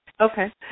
Okay